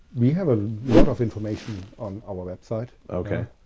we have a lot of information on our website okay.